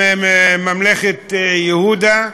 עם ממלכת יהודה.